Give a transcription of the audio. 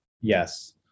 Yes